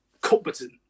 Competent